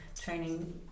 training